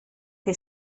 che